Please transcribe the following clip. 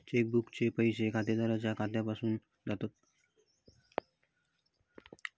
check बुकचे पैशे खातेदाराच्या खात्यासून जातत